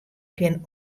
kin